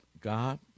God